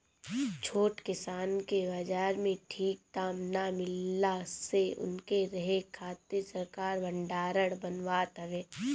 छोट किसान के बाजार में ठीक दाम ना मिलला से उनके रखे खातिर सरकार भडारण बनावत हवे